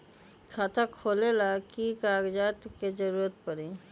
खाता खोले ला कि कि कागजात के जरूरत परी?